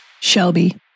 Shelby